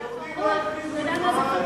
אתה יודע מה זה "פרהוד"?